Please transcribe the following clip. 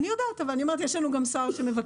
אני יודעת אבל אני אומרת שיש לנו גם שר שמבקש.